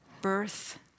Birth